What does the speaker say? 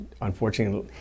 unfortunately